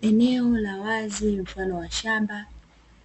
Eneo la wazi mfano wa shamba,